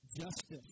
justice